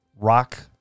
rock